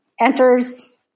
enters